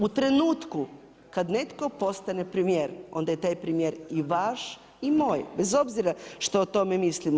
U trenutku kad netko postane premijer onda je taj premijer i vaš i moj, bez obzira što o tome mislimo.